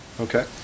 Okay